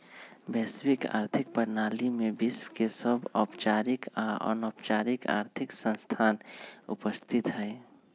वैश्विक आर्थिक प्रणाली में विश्व के सभ औपचारिक आऽ अनौपचारिक आर्थिक संस्थान उपस्थित हइ